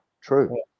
true